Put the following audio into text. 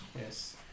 yes